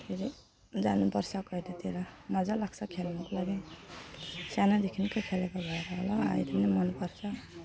के अरे जानुपर्छ कहिलेतिर मजालाग्छ खेल्नुको लागि सानोदेखिकै खेलेको भएर होला अहिले नि मनपर्छ